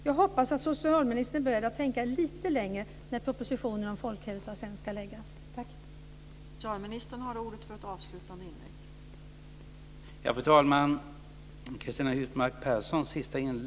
Jag hoppas att socialministern är beredd att tänka lite längre när propositionen om folkhälsan ska läggas fram.